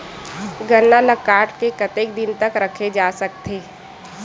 गन्ना ल काट के कतेक दिन तक रखे जा सकथे?